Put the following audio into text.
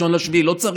אני אמשיך ולא אפסיק.